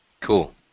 Cool